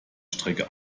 strecke